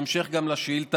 גם בהמשך לשאילתה,